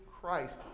Christ